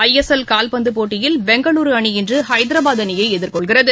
ஐ S L கால்பந்துப் போட்டியில் பெங்களூருஅணி இன்றுஹைதராபாத் அணியைஎதிர்கொள்கிறது